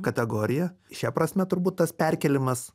kategoriją šia prasme turbūt tas perkėlimas